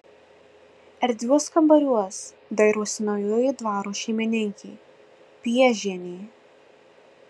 erdviuos kambariuos dairosi naujoji dvaro šeimininkė piežienė